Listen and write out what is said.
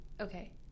okay